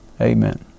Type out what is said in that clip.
Amen